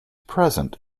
present